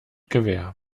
gewehr